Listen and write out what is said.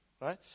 right